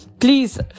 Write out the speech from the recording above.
Please